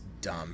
dumb